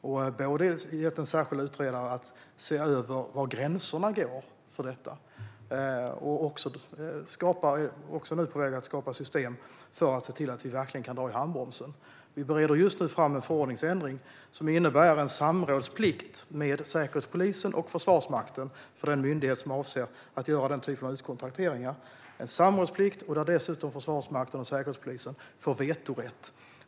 Vi har gett en särskild utredare i uppdrag att se över var gränserna för detta går, och vi är också på väg att skapa system för att se till att vi verkligen kan dra i handbromsen. Vi bereder just nu en förordningsändring, som innebär en samrådsplikt. Den myndighet som avser att göra den här typen av utkontrakteringar måste samråda med Säkerhetspolisen och Försvarsmakten. Dessutom får Försvarsmakten och Säkerhetspolisen vetorätt.